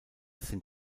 sind